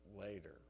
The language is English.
later